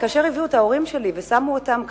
כאשר הביאו את ההורים שלי ושמו אותם ככה,